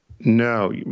No